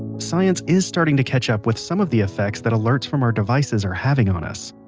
and science is starting to catch up with some of the effects that alerts from our devices are having on us.